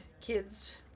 kids